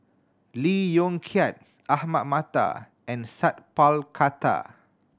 Lee Yong Kiat Ahmad Mattar and Sat Pal Khattar